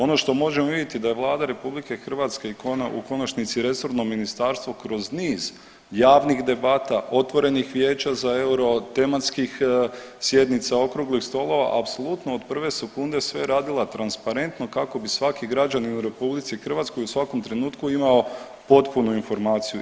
Ono što možemo vidjeti da je Vlada RH i u konačnici resorno ministarstvo kroz niz javnih debata, otvorenih vijeća za euro, tematskih sjednica, okruglih stolova apsolutno od prve sekunde sve radila transparentno kako bi svaki građanin u Republici Hrvatskoj u svakom trenutku imao potpunu informaciju.